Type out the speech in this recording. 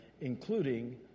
including